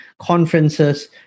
conferences